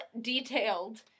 detailed